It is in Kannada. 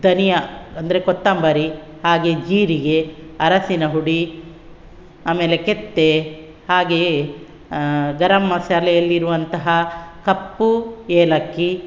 ಧನಿಯ ಅಂದರೆ ಕೊತ್ತಂಬರಿ ಹಾಗೇ ಜೀರಿಗೆ ಅರಸಿನಹುಡಿ ಆಮೇಲೆ ಕೆತ್ತೆ ಹಾಗೆಯೇ ಗರಂಮಸಾಲೆಯಲ್ಲಿರುವಂತಹ ಕಪ್ಪು ಏಲಕ್ಕಿ